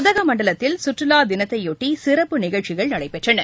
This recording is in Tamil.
உதகமண்டலத்தில் சுற்றுலா தினத்தையொட்டி சிறப்பு நிகழ்ச்சிகள் நடைபெற்றன